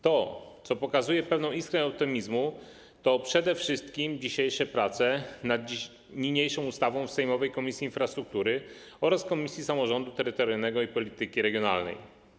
To, co pokazuje pewną iskrę optymizmu, to przede wszystkim dzisiejsze prace nad niniejszą ustawą w sejmowej Komisji Infrastruktury oraz Komisji Samorządu Terytorialnego i Polityki Regionalnej.